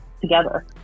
together